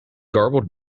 garbled